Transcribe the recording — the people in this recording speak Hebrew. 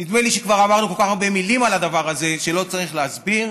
נדמה לי שכבר אמרנו כל כך הרבה מילים על הדבר הזה שלא צריך להסביר.